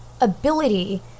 ability